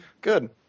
Good